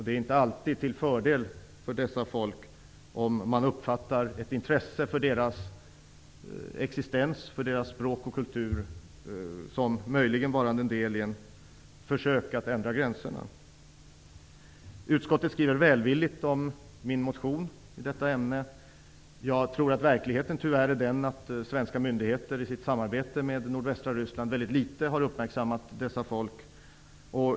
Det är inte alltid till fördel för dessa folk om ett intresse för deras existens, språk och kultur uppfattas som varande en del i ett försök att ändra gränserna. Utskottet skriver välvilligt om min motion i detta ämne. Jag tror att verkligheten tyvärr är den att svenska myndigheter i sitt samarbete med nordvästra Ryssland mycket litet har uppmärksammat dessa folk.